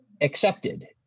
accepted